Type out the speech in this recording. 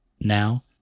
now